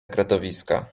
kretowiska